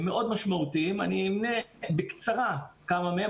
מאוד משמעותיים ואני אמנה בקצרה כמה מהם.